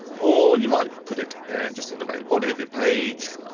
or you might put it and just in the main body of your page,